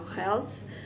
health